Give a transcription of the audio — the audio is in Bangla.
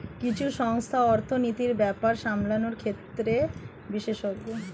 কিছু সংস্থা অর্থনীতির ব্যাপার সামলানোর ক্ষেত্রে বিশেষজ্ঞ